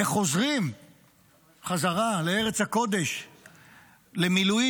וחוזרים חזרה לארץ הקודש למילואים,